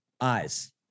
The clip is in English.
eyes